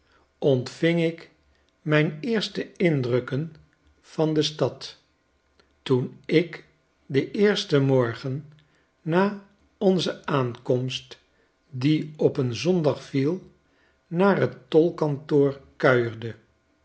ontving ik mijn eerste indrukken van de stad toen ik den eersten morgen na onze aankomst die op een zondag viel naar t tolkantoor kuierde